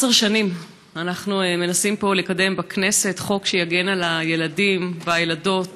עשר שנים אנחנו מנסים לקדם פה בכנסת חוק שיגן על הילדים והילדות,